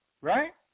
right